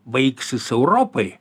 baigsis europai